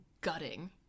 gutting